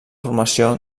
formació